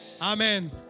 Amen